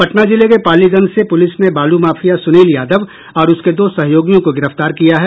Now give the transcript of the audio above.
पटना जिले के पालीगंज से पुलिस ने बालू माफिया सुनील यादव और उसके दो सहयोगियों को गिरफ्तार किया है